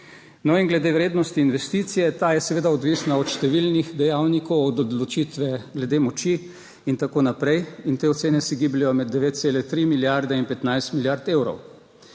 No, in glede vrednosti investicije, ta je seveda odvisna od številnih dejavnikov, od odločitve glede moči in tako naprej, in te ocene se gibljejo med 9,3 milijarde in 15 milijard evrov.